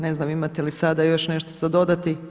Ne znam imate li sada još nešto za dodati?